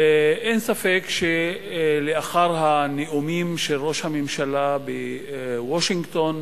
אין ספק שלאחר הנאומים של ראש הממשלה בוושינגטון,